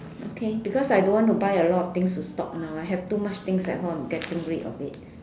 okay because I don't want to buy a lot of things to stock now I have too much things at home I'm getting rid of it